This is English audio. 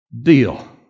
Deal